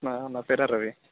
అవును నా పేరే రవి